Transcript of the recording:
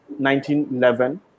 1911